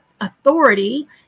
authority